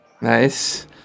Nice